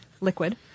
liquid